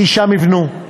כי שם יבנו.